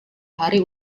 hari